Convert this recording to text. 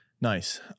nice